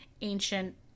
ancient